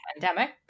pandemic